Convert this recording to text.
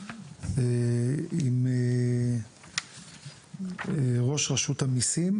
עם ראש ראשות המיסים,